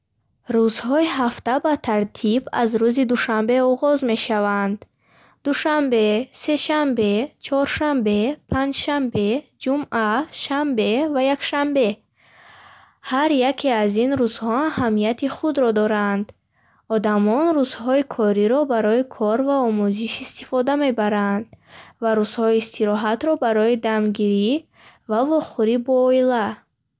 Рӯзҳои ҳафта ба тартиб аз рӯзи душанбе оғоз мешаванд: душанбе, сешанбе, чоршанбе, панҷшанбе, ҷумъа, шанбе ва якшанбе. Ҳар яке аз ин рӯзҳо аҳамияти худро доранд. Одамон рӯзҳои кориро барои кор ва омӯзиш истифода мебаранд, ва рӯзҳои истироҳатро барои дамгирӣ ва вохӯрӣ бо оила.